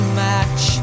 match